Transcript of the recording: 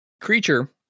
creature